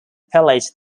pillaged